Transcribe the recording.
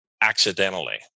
accidentally